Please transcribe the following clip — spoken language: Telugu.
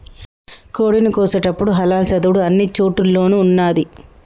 కోడిని కోసేటపుడు హలాల్ చదువుడు అన్ని చోటుల్లోనూ ఉన్నాది